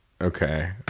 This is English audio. Okay